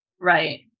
Right